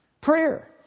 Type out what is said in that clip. prayer